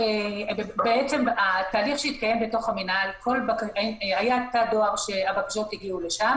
היה במינהל היה תא דואר שהבקשות הגיעו אליו.